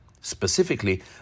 Specifically